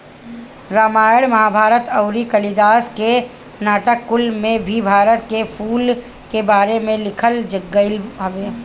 रामायण महाभारत अउरी कालिदास के नाटक कुल में भी भारत के फूल के बारे में लिखल गईल हवे